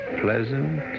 pleasant